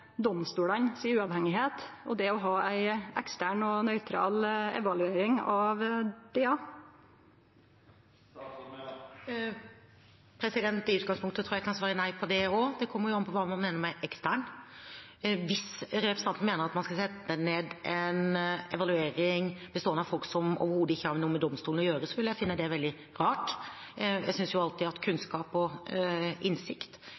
å ha ei ekstern og nøytral evaluering av DA? I utgangspunktet tror jeg jeg kan svare nei på det spørsmålet også. Det kommer jo an på hva man mener med «ekstern». Hvis representanten Klinge mener at man skal sette ned en evalueringsgruppe bestående av folk som overhodet ikke har noe med domstolene å gjøre, vil jeg finne det veldig rart. Jeg synes alltid at kunnskap og innsikt